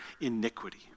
iniquity